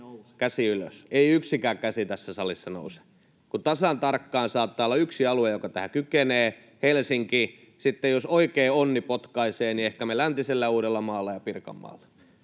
Käsi ylös. Ei yksikään käsi tässä salissa nouse, kun tasan tarkkaan saattaa olla yksi alue, joka tähän kykenee, Helsinki, ja sitten, jos oikein onni potkaisee, niin ehkä me läntisellä Uudellamaalla ja Pirkanmaalla.